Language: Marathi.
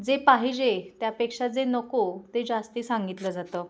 जे पाहिजे त्यापेक्षा जे नको ते जास्त सांगितलं जातं